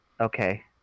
Okay